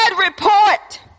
report